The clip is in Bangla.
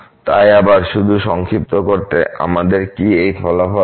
তাই আবার শুধু সংক্ষিপ্ত করতে আমাদের কি এই ফলাফল আছে